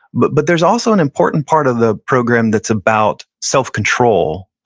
but but there's also an important part of the program that's about self-control.